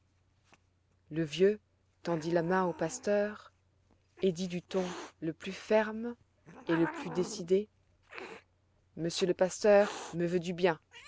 le vieux tendit la main au pasteur et dit du ton le plus ferme et le plus décidé monsieur le pasteur me veut du bien